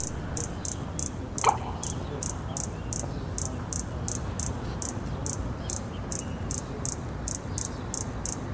straight fertiliser হসে আক রকমের সার যেটা মাটিকে কউনো একটো নিউট্রিয়েন্ট দিতেছে